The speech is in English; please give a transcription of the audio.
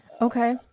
Okay